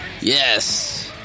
Yes